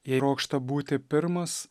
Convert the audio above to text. jei rokšta būti pirmas